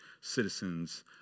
citizens